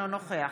אינו נוכח